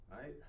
right